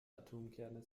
atomkerne